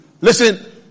Listen